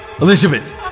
Elizabeth